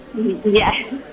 Yes